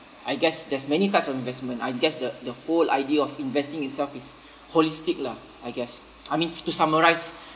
I guess there's many types of investment I guess the the whole idea of investing itself is holistic lah I guess I mean to summarise